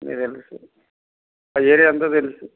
మీకు తెలుసు ఆ ఏరియా అంతా తెలుసు